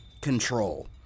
control